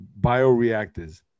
Bioreactors